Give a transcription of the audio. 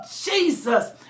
Jesus